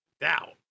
doubt